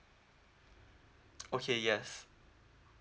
okay yes